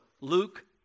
Luke